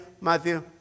Matthew